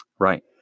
Right